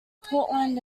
portland